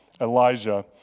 Elijah